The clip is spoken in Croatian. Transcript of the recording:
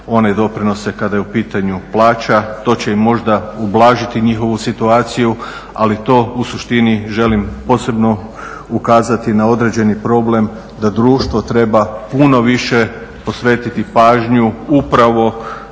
one doprinose kada je u pitanju plaća. To će im možda ublažiti njihovu situaciju. Ali, to u suštini želim posebno ukazati na određeni problem da društvo treba puno više posvetiti pažnju upravo